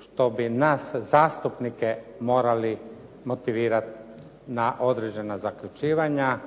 što bi nas zastupnike morali motivirati na određena zaključivanja